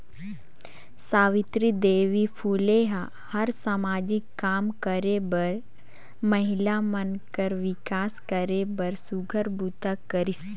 सावित्री देवी फूले ह हर सामाजिक काम करे बरए महिला मन कर विकास करे बर सुग्घर बूता करिस